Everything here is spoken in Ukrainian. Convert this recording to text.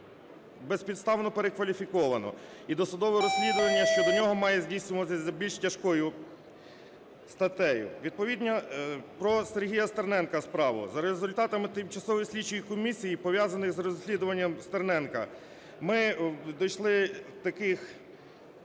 безпідставно перекваліфіковано, і судове розслідування щодо нього має здійснюватися за більш тяжкою статтею. Відповідно про Сергія Стерненка справу. За результатами тимчасової слідчої комісії, пов'язаних з розслідуванням Стерненка, ми дійшли таких…